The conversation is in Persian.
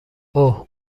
اوه